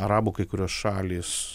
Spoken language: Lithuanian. arabų kai kurios šalys